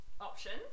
options